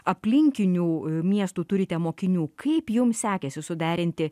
aplinkinių miestų turite mokinių kaip jums sekėsi suderinti